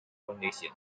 foundation